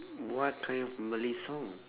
what kind of malay song